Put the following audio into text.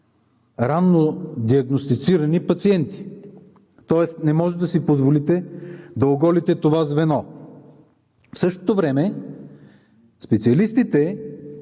ранно диагностицирани пациенти, тоест не може да си позволите да оголите това звено. В същото време специалистите,